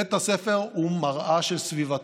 בית הספר הוא מראה של סביבתו,